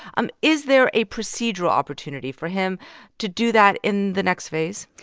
um is there a procedural opportunity for him to do that in the next phase?